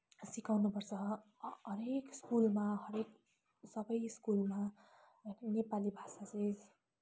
सिकाउनु पर्छ हरेक स्कुलमा हरेक सबै स्कुलमा अनि नेपाली भाषा चाहिँ